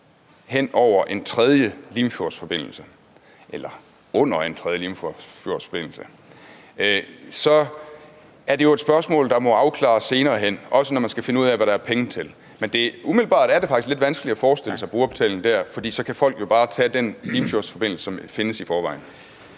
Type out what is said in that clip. hen over en tredje Limfjordsforbindelse eller under en tredje Limfjordsforbindelse er det jo et spørgsmål, der må afklares senere hen, også når man skal finde ud af, hvad der er penge til. Men umiddelbart er det faktisk lidt vanskeligt at forestille sig brugerbetaling dér, for så kan folk jo bare tage den Limfjordsforbindelse, som findes i forvejen.